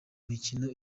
mikino